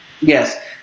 yes